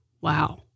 wow